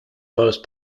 most